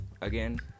again